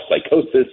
psychosis